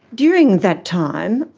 during that time,